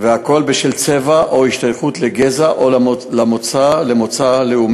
והכול בשל צבע או השתייכות לגזע או למוצא לאומי-אתני,